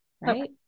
right